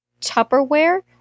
Tupperware